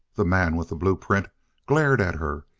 the man with the blueprint glared at her,